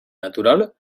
natural